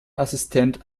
assistent